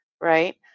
right